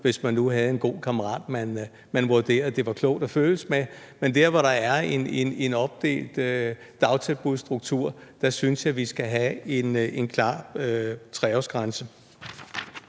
hvis barnet nu havde en god kammerat, som det vurderedes det var klogt at barnet skulle følges med, men der, hvor der er en opdelt dagtilbudsstruktur, synes jeg vi skal have en klar 3-årsgrænse.